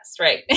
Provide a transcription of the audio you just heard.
right